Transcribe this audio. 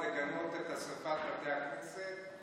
לגנות את שרפת בתי הכנסת?